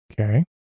Okay